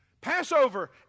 Passover